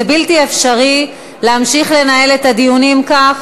זה בלתי אפשרי להמשיך לנהל את הדיונים כך.